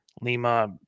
Lima